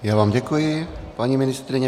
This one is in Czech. Já vám děkuji, paní ministryně.